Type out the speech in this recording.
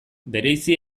bereizi